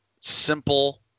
simple